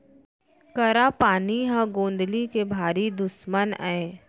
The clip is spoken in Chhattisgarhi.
करा पानी ह गौंदली के भारी दुस्मन अय